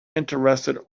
interested